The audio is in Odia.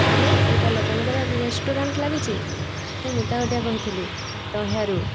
ହ୍ୟାଲୋ ଏଇଟା ଲୋପାମୁଦ୍ରା ରେଷ୍ଟୁରାଣ୍ଟ ଲାଗିଛି ମୁଁ ମିତା ଗାଟିଆ କହୁଥିଲି ଦହ୍ୟାରୁ